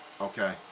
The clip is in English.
Okay